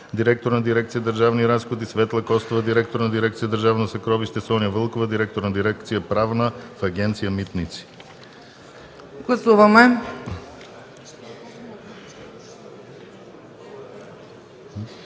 директор на дирекция „Държавни разходи”, Светла Костова – директор на дирекция „Държавно съкровище”, Соня Вълкова – директор на дирекция „Правна” в Агенция „Митници”.